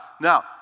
Now